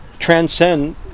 Transcend